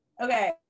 Okay